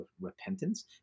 repentance